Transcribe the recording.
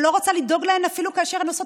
שלא רוצה לדאוג להן אפילו כאשר הן עושות